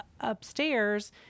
upstairs